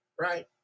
right